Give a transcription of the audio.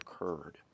occurred